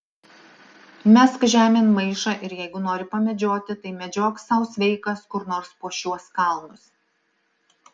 mesk žemėn maišą ir jeigu nori pamedžioti tai medžiok sau sveikas kur nors po šiuos kalnus